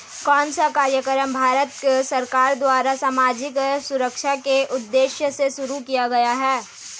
कौन सा कार्यक्रम भारत सरकार द्वारा सामाजिक सुरक्षा के उद्देश्य से शुरू किया गया है?